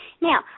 Now